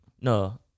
No